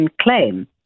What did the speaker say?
claim